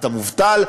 אתה מובטל,